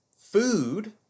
food